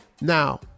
Now